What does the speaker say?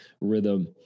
rhythm